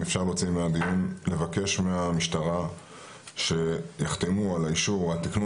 אם אפשר להוציא מהדיון לבקש מהמשטרה שיחתמו על האישור או התקנון